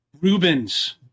Rubens